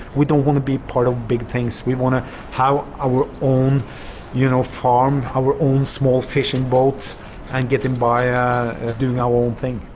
we don't want to be part of big things, we want to have our own you know farm, our own small fishing boat and get and by ah doing our own thing.